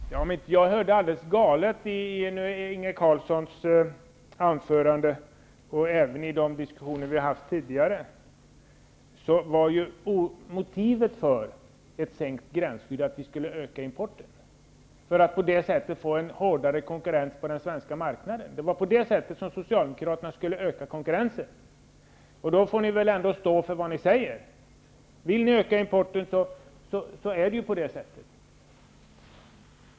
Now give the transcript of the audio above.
Herr talman! Om inte jag har hört alldeles galet när jag lyssnat till Inge Carlssons anförande och även till de diskussioner som vi haft förut, så var huvudmotivet för ett sänkt gränsskydd att vi skulle öka importen för att på det sättet få en hårdare konkurrens på den svenska marknaden. Det var på detta sätt Socialdemokraterna skulle öka konkurrensen. Då får ni väl ändå stå för vad ni säger. Vill ni öka importen, så är det på det sättet.